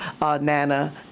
Nana